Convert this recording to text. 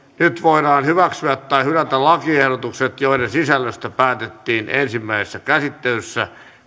nyt voidaan hyväksyä tai hylätä lakiehdotukset joiden sisällöstä päätettiin ensimmäisessä käsittelyssä